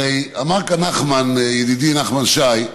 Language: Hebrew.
הרי אמר כאן נחמן, ידידי נחמן שי,